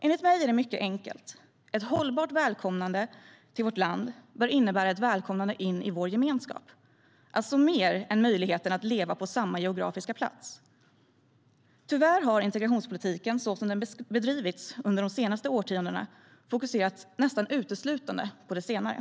Enligt mig är det mycket enkelt: Ett hållbart välkomnande till vårt land bör innebära ett välkomnande in i vår gemenskap. Det handlar alltså om mer än möjligheten att leva på samma geografiska plats. Tyvärr har integrationspolitiken så som den bedrivits under de senaste årtiondena fokuserat nästan uteslutande på det senare.